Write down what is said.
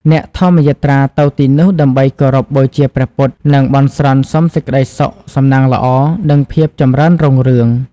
អ្នកធម្មយាត្រាទៅទីនោះដើម្បីគោរពបូជាព្រះពុទ្ធ និងបន់ស្រន់សុំសេចក្តីសុខ សំណាងល្អ និងភាពចម្រើនរុងរឿង។